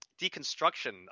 deconstruction